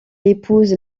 épouse